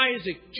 Isaac